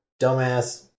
dumbass